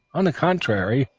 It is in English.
on the contrary,